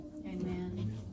Amen